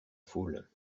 foule